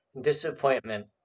disappointment